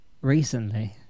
recently